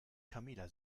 camilla